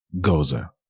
Goza